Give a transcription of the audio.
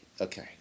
okay